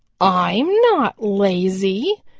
i'm not lazy,